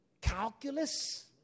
calculus